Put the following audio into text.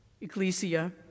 Ecclesia